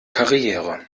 karriere